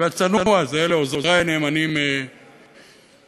והצנוע הזה, לעוזרי הנאמנים קסם